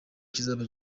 kizaba